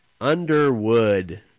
underwood